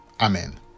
Amen